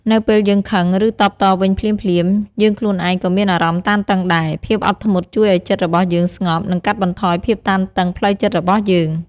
នៅពេលយើងខឹង ឬ តបតវិញភ្លាមៗ យើងខ្លួនឯងក៏មានអារម្មណ៍តានតឹងដែរ ភាពអត់ធ្មត់ជួយឲ្យចិត្តរបស់យើងស្ងប់ និងកាត់បន្ថយភាពតានតឹងផ្លូវចិត្តរបស់យើង។